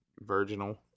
virginal